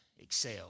excel